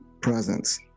presence